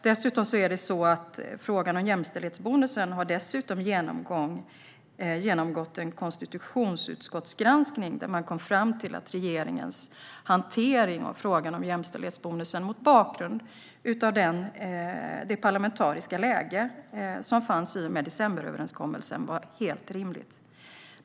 Dessutom är det så att frågan om jämställdhetsbonusen har genomgått en konstitutionsutskottsgranskning, där man kom fram till att regeringens hantering av frågan om jämställdhetsbonusen mot bakgrund av det parlamentariska läge som fanns i och med decemberöverenskommelsen var helt rimlig.